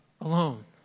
alone